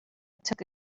took